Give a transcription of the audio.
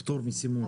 פטור מסימון.